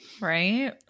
right